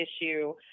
issue